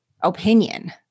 opinion